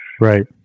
Right